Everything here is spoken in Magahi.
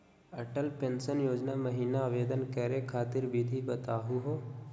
अटल पेंसन योजना महिना आवेदन करै खातिर विधि बताहु हो?